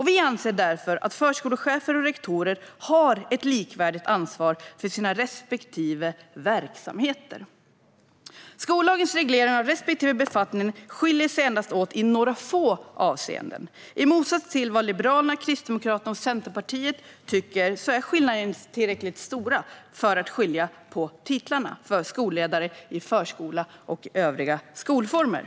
Vi anser därför att förskolechefer och rektorer har ett likvärdigt ansvar för sina respektive verksamheter. Skollagens reglering av respektive befattning skiljer sig åt endast i några få avseenden. I motsats till vad Liberalerna, Kristdemokraterna och Centerpartiet tycker är skillnaderna inte tillräckligt stora för att skilja på titlarna för skolledare i förskola och övriga skolformer.